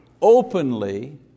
openly